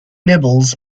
nibbles